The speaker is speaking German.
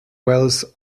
welles